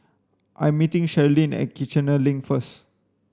I'm meeting Cherilyn at Kiichener Link first